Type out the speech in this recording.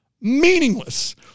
Meaningless